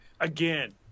Again